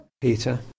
Peter